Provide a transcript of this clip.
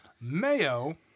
Mayo